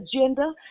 agenda